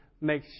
make